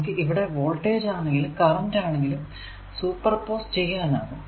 നമുക്ക് ഇവിടെ വോൾടേജ് ആണെങ്കിലും കറന്റ് ആണെങ്കിലും സൂപ്പർപോസ് ചെയ്യാനാകും